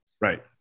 Right